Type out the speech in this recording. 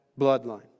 bloodline